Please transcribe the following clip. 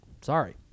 Sorry